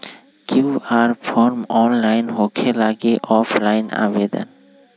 QR form online होकेला कि offline आवेदन?